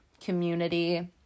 community